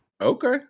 Okay